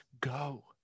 go